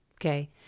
Okay